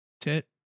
tit